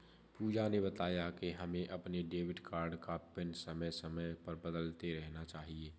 पूजा ने बताया कि हमें अपने डेबिट कार्ड का पिन समय समय पर बदलते रहना चाहिए